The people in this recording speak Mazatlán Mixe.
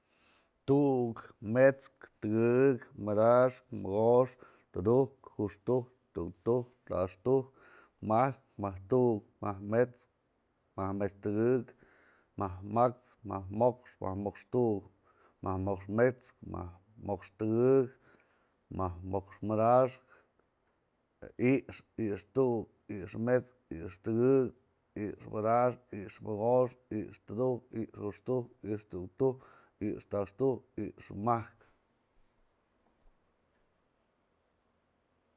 Tu'uk, mets'kë, tëgëk, madaxkë, mogoxkë, tudujkë, juxtujkë, tuktujk, taxtujk, majkë, majk tu'uk, majk mets'kë, majk mets'kë tëgëk, majk ma'ax, majk mo'ox, majk mo'ox tu'uk, majk mo'ox mets'kë, majk mo'ox tëgëk, majk mo'ox madaxkë, i'ixë, i'ixë tu'uk, i'ixë mets'kë, i'ixë tëgëk, i'ixë madaxkë, i'ixëmogoxkë, i'ixë tudujkë, i'ixë juxtujkë, i'ixë tuktujk, i'ixë taxtujk, i'ixë majkë.